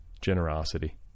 Generosity